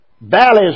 Valleys